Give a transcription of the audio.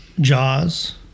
Jaws